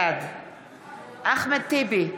בעד אחמד טיבי,